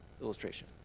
illustration